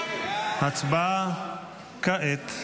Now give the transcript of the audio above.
הצבעה כעת.